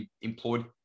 employed